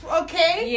okay